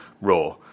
Raw